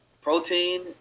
protein